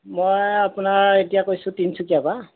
মই আপোনাৰ এতিয়া কৈছোঁ তিনচুকীয়াৰপৰা